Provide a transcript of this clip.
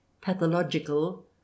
pathological